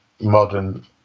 modern